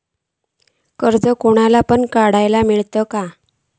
कर्ज कोणाक पण काडूक मेलता काय?